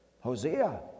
Hosea